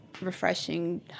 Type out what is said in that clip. refreshing